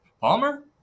Palmer